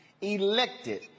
elected